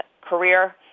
career